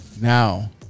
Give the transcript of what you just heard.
now